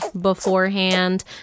beforehand